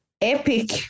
epic